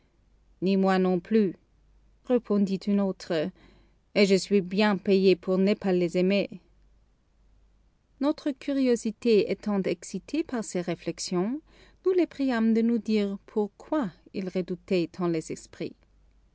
ni moi non plus répondit un autre et je suis bien payé pour ne pas les aimer notre curiosité étant excitée par ces réflexions nous les priâmes de nous dire pourquoi ils redoutaient tant les esprits